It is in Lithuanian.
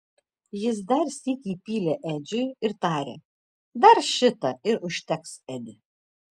jis dar sykį įpylė edžiui ir tarė dar šitą ir užteks edi